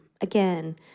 Again